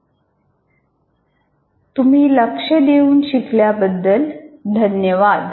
तुम्ही लक्ष देऊन शिकल्याबद्दल धन्यवाद